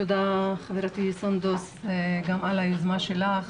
תודה חברתי ח"כ סונדוס על היוזמה שלך.